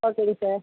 ஓகேங்க சார்